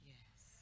Yes